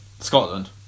Scotland